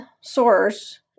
source